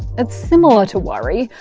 it's similar to worry,